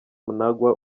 mnangagwa